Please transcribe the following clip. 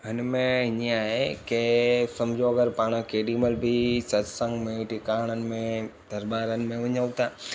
हिन में हीअं आहे की समुझो अगरि पाणि केॾी महिल बि सतसंग में टिकाणनि में दरॿारिनि में वञूं था